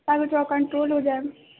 تاکہ تھوڑا کنٹرول ہو جائے